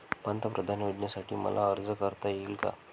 पंतप्रधान योजनेसाठी मला अर्ज करता येईल का?